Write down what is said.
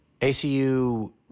ACU